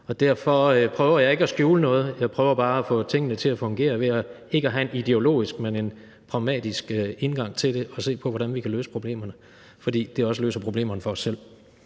Derfor prøver jeg ikke at skjule noget. Jeg prøver bare at få tingene til at fungere ved ikke at have en ideologisk, men en pragmatisk indgang til det og ved at se på, hvordan vi kan løse problemerne, fordi det også løser problemerne for os selv.